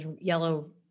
yellow